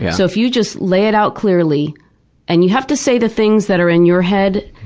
so if you just lay it out clearly and you have to say the things that are in your head,